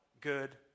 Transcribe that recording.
good